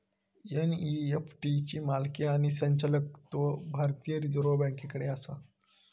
NEFT ची मालकी आणि संचालकत्व भारतीय रिझर्व बँकेकडे आसा